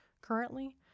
currently